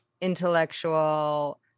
intellectual